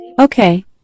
Okay